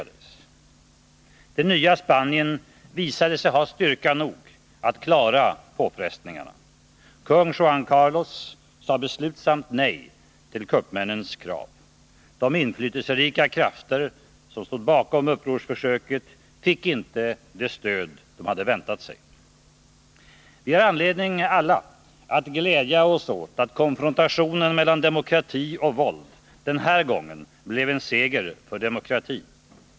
Det nya Spanien visade sig ha styrka nog att klara påfrestningarna. Kung Juan Carlos sade beslutsamt nej till kuppmännens krav. De inflytelserika krafter som stod bakom upprorsförsöket fick inte det stöd de väntat sig. Vi har alla anledning att glädja oss åt att konfrontationen mellan demokrati och våld den här gången blev en seger för demokratin.